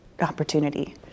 opportunity